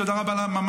תודה רבה לממ"סניקים,